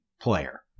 player